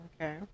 Okay